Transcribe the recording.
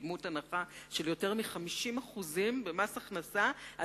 בדמות הנחה של יותר מ-50% במס הכנסה על